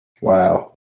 Wow